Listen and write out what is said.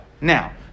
Now